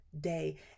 day